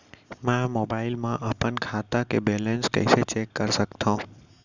मैं मोबाइल मा अपन खाता के बैलेन्स कइसे चेक कर सकत हव?